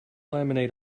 laminate